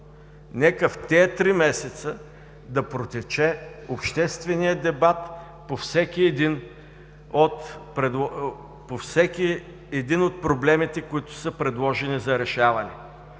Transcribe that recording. Нека в тези три месеца да протече общественият дебат по всеки един от проблемите, които са предложени за решаване.